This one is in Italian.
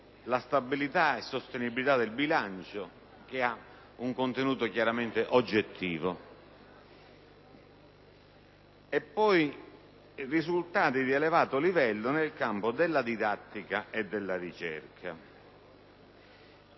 la stabilita e sostenibilità del bilancio (che ha un contenuto chiaramente oggettivo) e i risultati di elevato livello nel campo della didattica e della ricerca.